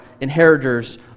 inheritors